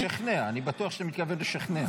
לשכנע, אני בטוח שאתה מתכוון לשכנע.